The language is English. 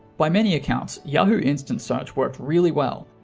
by many accounts, yahoo instant search worked really well.